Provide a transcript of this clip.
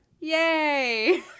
yay